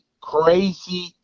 crazy